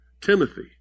Timothy